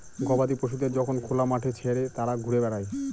গবাদি পশুদের যখন খোলা মাঠে ছেড়ে তারা ঘুরে বেড়ায়